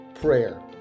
Prayer